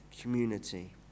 community